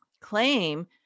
claim